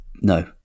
no